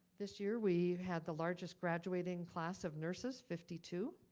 this year, we had the largest graduating class of nurses, fifty two.